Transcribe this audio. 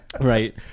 Right